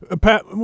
Pat